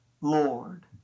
Lord